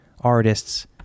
artists